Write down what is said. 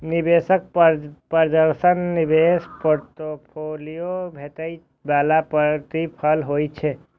निवेश प्रदर्शन निवेश पोर्टफोलियो पर भेटै बला प्रतिफल होइ छै